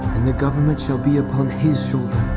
and the government shall be upon his shoulder,